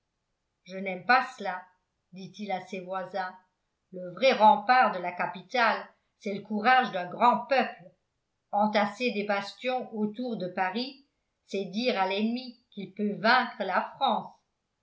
je n'aime pas cela dit-il à ses voisins le vrai rempart de la capitale c'est le courage d'un grand peuple entasser des bastions autour de paris c'est dire à l'ennemi qu'il peut vaincre la france